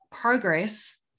progress